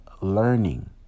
learning